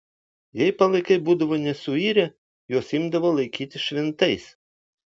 jei palaikai būdavo nesuirę juos imdavo laikyti šventais